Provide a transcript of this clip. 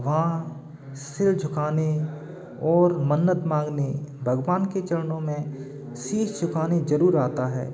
वहाँ शिर झुकाने और मन्नत मांगने भगवान के चरणों में शीश झुकाने जरूर आता है